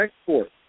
exports